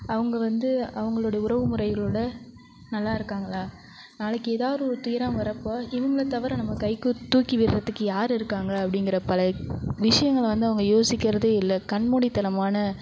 அவங்க வந்து அவங்களோட உறவுமுறைகளோட நல்லா இருக்காங்களா நாளைக்கு ஏதாவது ஒரு துயரம் வரப்ப இவங்கள தவிர நம்ம கைக்கு தூக்கிவிடுறத்துக்கு யார் இருக்காங்க அப்படிங்கிற பல விஷயங்கள வந்து அவங்க யோசிக்கிறதே இல்லை கண்மூடித்தனமான